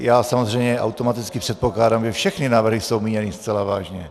Já samozřejmě automaticky předpokládám, že všechny návrhy jsou míněny zcela vážně.